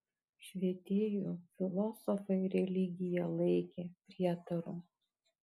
švietėjų filosofai religiją laikė prietaru